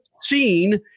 seen